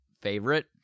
favorite